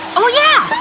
oh, yeah!